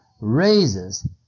raises